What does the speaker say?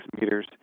meters